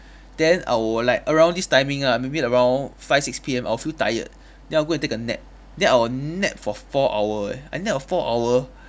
then I will like around this timing ah maybe like around five six P_M I'll feel tired then I'll go and take a nap then I'll nap for four hour eh I'll nap for four hour